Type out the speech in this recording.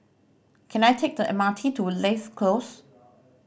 can I take the M R T to Leigh Close